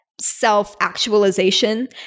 self-actualization